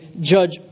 judge